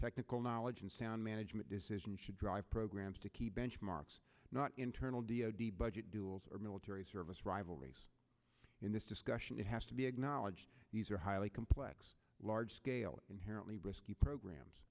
technical knowledge and sound management decision should drive programs to key benchmarks not internal d o d budget duals or military service rivalry in this discussion it has to be acknowledged these are highly complex large scale inherently risky programs